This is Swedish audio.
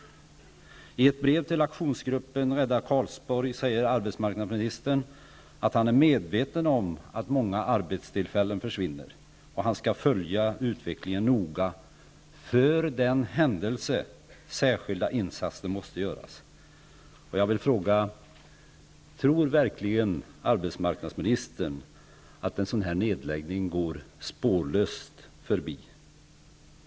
I ett brev till Aktionsgruppen Rädda Karlsborg säger arbetsmarknadsministern att han är medveten om att många arbetstillfällen försvinner, och han skall följa utvecklingen noga för den händelse särskilda insatser måste göras. Jag vill fråga: Tror verkligen arbetsmarknadsministern att en sådan här nedläggning går spårlöst förbi?